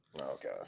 okay